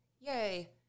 Yay